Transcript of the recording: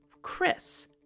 chris